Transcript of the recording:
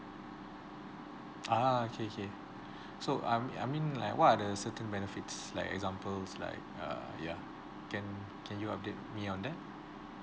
ah okay okay so um I mean like what are the certain benefits like examples like err ya can can you update me on that